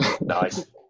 Nice